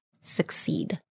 succeed